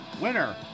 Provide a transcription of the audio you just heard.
Winner